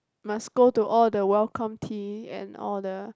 must go to all the welcome tea and all the